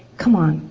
come on,